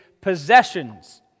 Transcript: possessions